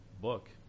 book